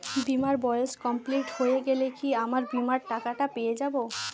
বীমার বয়স কমপ্লিট হয়ে গেলে কি আমার বীমার টাকা টা পেয়ে যাবো?